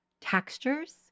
textures